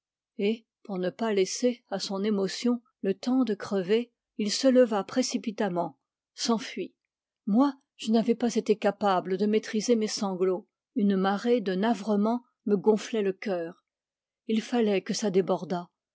et pour ne pas laisser à son émotion le temps de crever il se leva précipitamment s'enfuit moi je n'avais pas été capable de maîtriser mes sanglots une marée de navrement me gonflait le coeur il fallait que ça débordât